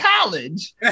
college